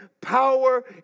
power